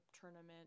tournament